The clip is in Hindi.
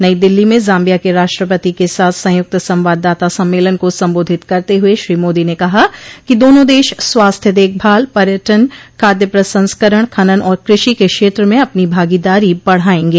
नई दिल्ली में जाम्बिया के राष्ट्रपति के साथ संयुक्त संवाददाता सम्मेलन को संबोधित करते हुए श्री मोदी ने कहा कि दोनों देश स्वास्थ्य देखभाल पर्यटन खाद्य प्रसंस्करण खनन और कृषि के क्षेत्र में अपनी भागीदारी बढ़ाएंगे